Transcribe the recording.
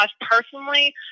personally